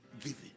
Giving